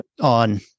On